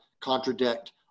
contradict